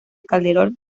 calderón